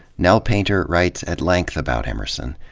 nell painter writes at length about emerson,